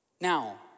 Now